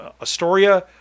Astoria